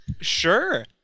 Sure